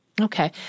Okay